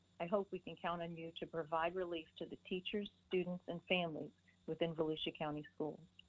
i hope we can count on you to provide relief to the teachers, students and families within volusia county schools.